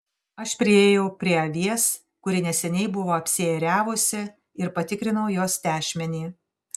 aš priėjau prie avies kuri neseniai buvo apsiėriavusi ir patikrinau jos tešmenį